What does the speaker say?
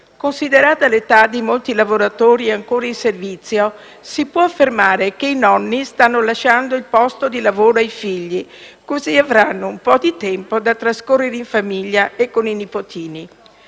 Considerata l'età di molti lavoratori ancora in servizio, si può affermare che i nonni stanno lasciando il posto di lavoro ai figli, così avranno un po' di tempo da trascorrere in famiglia e con i nipotini.